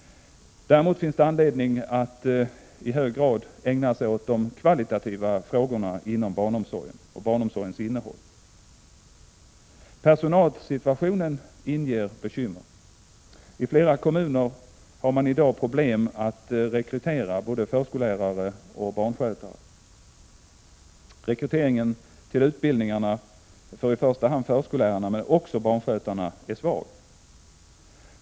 Däremot finns det anledning att i hög grad ägna sig åt de kvalitativa frågorna inom barnomsorgen och barnomsorgens innehåll. Personalsituationen inger bekymmer. I flera kommuner har man i dag problem att rekrytera | både förskollärare och barnskötare. Rekryteringen till utbildningarna för i | första hand förkollärarna men också barnskötarna är svag.